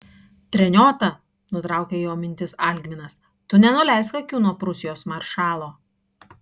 treniota nutraukė jo mintis algminas tu nenuleisk akių nuo prūsijos maršalo